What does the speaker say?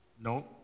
No